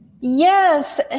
Yes